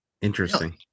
Interesting